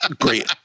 Great